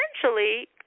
essentially